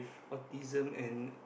autism and